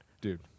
Dude